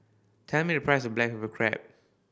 tell me the price of black pepper crab